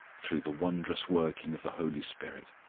through the wondrous working of the holy spirit,